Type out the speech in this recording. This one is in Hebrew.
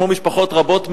כמו משפחות רבות,